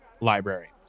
library